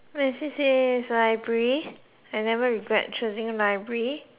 my C_C_A is library I never regret choosing library